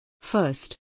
First